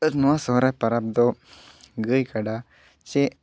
ᱟᱨ ᱱᱚᱣᱟ ᱥᱚᱦᱨᱟᱭ ᱯᱟᱨᱟᱵᱽ ᱫᱚ ᱜᱟᱹᱭ ᱠᱟᱰᱟ ᱪᱮ